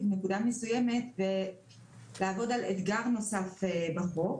נקודה מסוימת ולעבוד על אתגר נוסף בחוק.